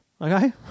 okay